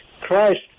Christ